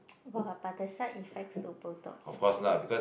!wah! but the side effects to botox